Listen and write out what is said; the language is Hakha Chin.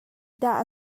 dah